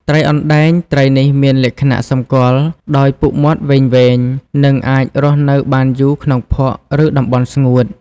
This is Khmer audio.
ត្រីអណ្ដែង ត្រីនេះមានលក្ខណៈសម្គាល់ដោយពុកមាត់វែងៗ និងអាចរស់នៅបានយូរក្នុងភក់ ឬតំបន់ស្ងួត។